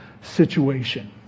situation